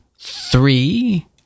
three